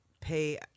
pay